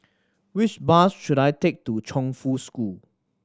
which bus should I take to Chongfu School